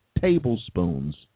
tablespoons